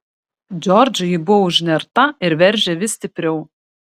džordžui ji buvo užnerta ir veržė vis stipriau